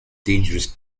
dangerous